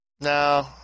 No